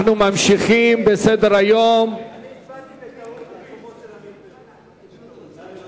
אני הצבעתי בטעות ממקומו של חבר הכנסת עמיר פרץ.